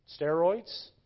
Steroids